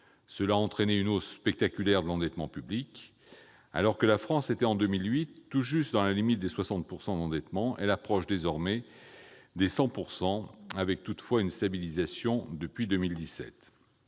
Cela a entraîné une hausse spectaculaire de l'endettement public : alors que la France était en 2008 tout juste dans la limite des 60 % d'endettement, elle approche désormais des 100 %, avec toutefois une stabilisation depuis 2017.